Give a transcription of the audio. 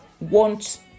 want